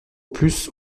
plus